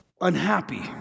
unhappy